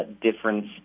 difference